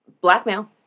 Blackmail